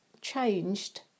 changed